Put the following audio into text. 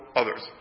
others